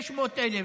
600,000,